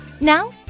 Now